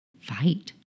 fight